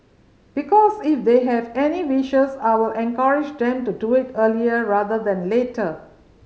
because if they have any wishes I will encourage them to do it earlier rather than later